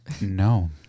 No